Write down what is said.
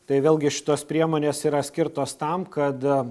tai vėlgi šitos priemonės yra skirtos tam kad